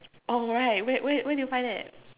oh right where where where did you find that